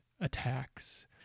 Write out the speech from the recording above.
attacks